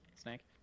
Snake